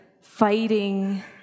fighting